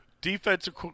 defensive